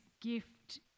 gift